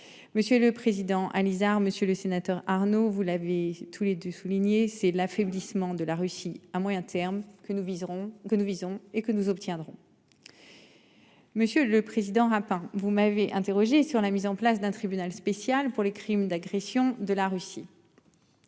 Monsieur le président, Alizard, Monsieur le Sénateur, Arnaud, vous l'avez tous les 2 souligné c'est l'affaiblissement de la Russie à moyen terme que nous viserons que nous visons et que nous obtiendrons. Monsieur le Président. Hein vous m'avez interrogé sur la mise en place d'un tribunal spécial pour les crimes d'agression de la Russie.--